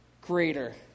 greater